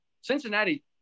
Cincinnati